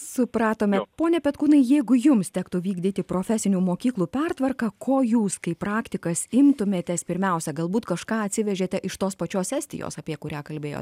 supratome pone petkūnai jeigu jums tektų vykdyti profesinių mokyklų pertvarką ko jūs kaip praktikas imtumėtės pirmiausia galbūt kažką atsivežėte iš tos pačios estijos apie kurią kalbėjo